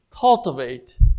cultivate